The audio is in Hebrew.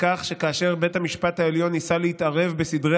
בכך שכאשר בית המשפט העליון ניסה להתערב בסדרי